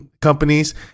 companies